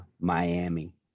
Miami